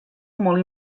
molt